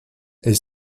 est